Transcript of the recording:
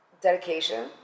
dedication